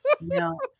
no